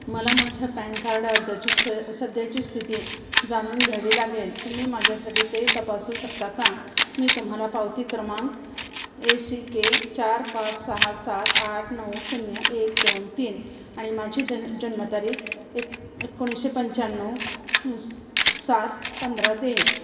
मला माझ्या PAN card अर्जाची स्थ सध्याची स्थिती जाणून घ्यावी लागेल तुम्ही माझ्यासाठी ते तपासू शकता का मी तुम्हाला पावती क्रमांक ए सी के चार पाच सहा सात आठ नऊ शून्य एक दोन तीन आणि माझी जन्मतारीख एक एकोणीसशे पंच्याण्णव सात पंधरा देईन